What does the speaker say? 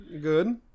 Good